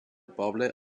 poble